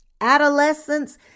Adolescence